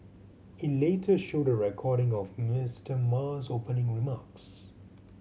it later showed a recording of Mister Ma's opening remarks